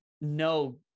no